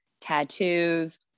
tattoos